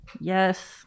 yes